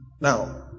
Now